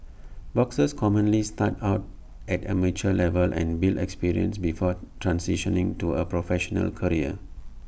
boxers commonly start out at amateur level and build experience before transitioning to A professional career